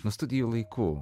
nuo studijų laikų